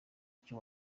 icyo